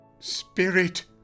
Spirit